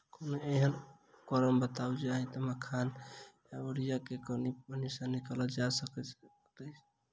कोनों एहन उपकरण बताऊ जाहि सऽ मखान केँ ओरिया कऽ पानि सऽ बाहर निकालल जा सकैच्छ आ इ कतह सऽ आ कोना भेटत?